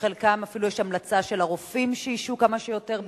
שאפילו יש המלצה של הרופאים שישהו כמה שיותר במים?